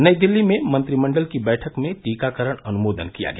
नई दिल्ली में मंत्रिमंडल की बैठक में टीकाकरण अनुमोदन किया गया